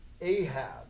Ahab